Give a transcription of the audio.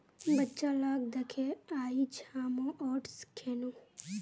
बच्चा लाक दखे आइज हामो ओट्स खैनु